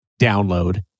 Download